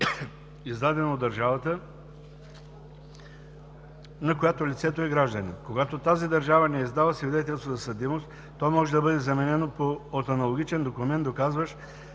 издадено от държавата, на която лицето е гражданин. Когато тази държава не издава свидетелство за съдимост, то може да бъде заменено от аналогичен документ, доказващ